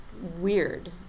weird